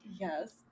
Yes